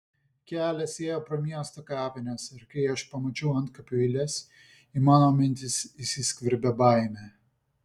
kelias ėjo pro miesto kapines ir kai aš pamačiau antkapių eiles į mano mintis įsiskverbė baimė